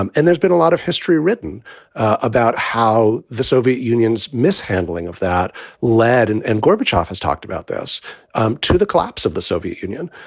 um and there's been a lot of history written about how the soviet union's mishandling of that led. and and gorbachev has talked about this um to the collapse of the soviet union.